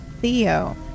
Theo